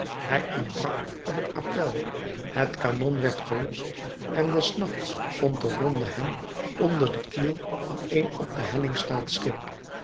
hij ontbrak op het appèl het kanon werd gelost en des nachts vond de ronde hem onder de kiel van een op de helling staand schip